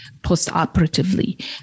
postoperatively